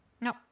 No